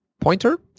pointer